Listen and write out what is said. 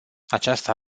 aceasta